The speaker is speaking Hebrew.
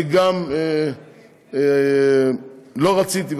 גם אני לא רציתי,